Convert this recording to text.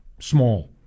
Small